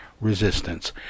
Resistance